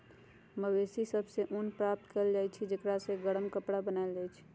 मवेशि सभ से ऊन प्राप्त कएल जाइ छइ जेकरा से गरम कपरा बनाएल जाइ छइ